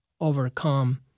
overcome